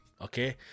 okay